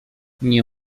nie